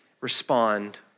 respond